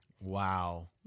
Wow